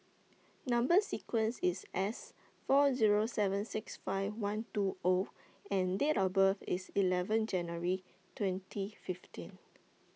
Number sequence IS S four Zero seven six five one two O and Date of birth IS eleven January twenty fifteen